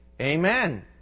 Amen